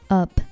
up